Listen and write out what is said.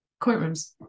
courtrooms